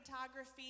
photography